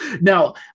Now